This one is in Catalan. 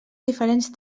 diferents